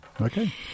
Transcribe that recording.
Okay